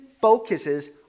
focuses